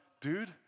dude